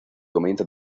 comienza